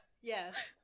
Yes